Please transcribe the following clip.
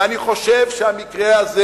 ואני חושב שהמקרה הזה